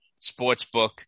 sportsbook